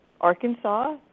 Arkansas